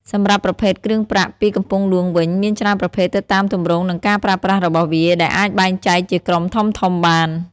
សម្រាប់ប្រភេទគ្រឿងប្រាក់ពីកំពង់ហ្លួងវិញ មានច្រើនប្រភេទទៅតាមទម្រង់និងការប្រើប្រាស់របស់វា ដែលអាចបែងចែកជាក្រុមធំៗបាន។